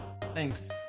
Thanks